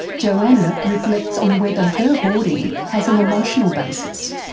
joanna reflects on whether her hoarding has an emotional basis.